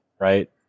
right